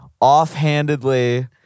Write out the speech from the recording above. offhandedly